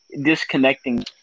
disconnecting